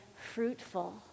fruitful